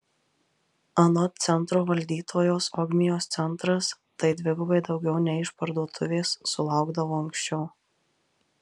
anot centro valdytojos ogmios centras tai dvigubai daugiau nei išparduotuvės sulaukdavo anksčiau